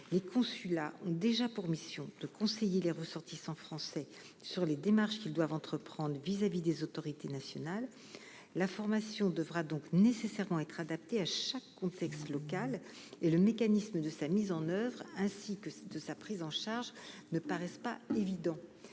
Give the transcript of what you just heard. les consulats ont déjà pour mission de conseiller les ressortissants français sur les démarches qu'ils doivent entreprendre vis-à-vis des autorités nationales, la formation devra donc nécessairement être adaptés à chaque contexte local et le mécanisme de sa mise en oeuvre, ainsi que de sa prise en charge ne paraissent pas évident,